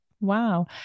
Wow